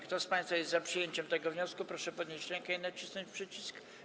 Kto z państwa jest za przyjęciem tego wniosku, proszę podnieść rękę i nacisnąć przycisk.